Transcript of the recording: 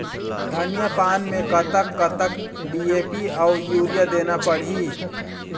धनिया पान मे कतक कतक डी.ए.पी अऊ यूरिया देना पड़ही?